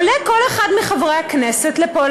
עולה כל אחד מחברי הכנסת לפה,